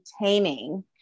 maintaining